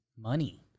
Money